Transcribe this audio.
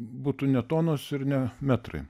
būtų ne tonos ir ne metrai